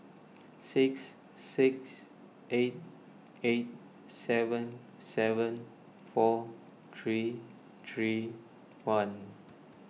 six six eight eight seven seven four three three one